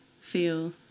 feel